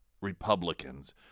Republicans